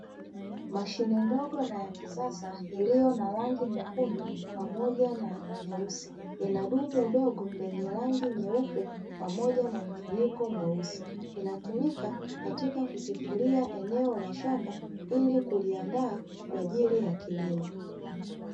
Mashine ndogo na ya kisasa iliyo na rangi nyekundu pamoja na nyeusi ina dumu dogo lenye rangi nyeupe pamoja na mfuniko mweusi, inatumika katika kutifulia eneo la shamba ili kuliandaa kwa ajili ya kilimo.